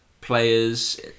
players